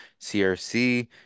CRC